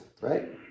right